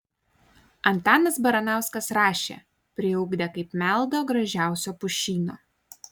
antanas baranauskas rašė priugdę kaip meldo gražiausio pušyno